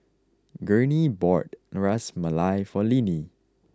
Gurney bought Ras Malai for Linnie